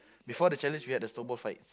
before the challenge we had a snowball fight